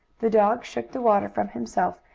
the dog shook the water from himself,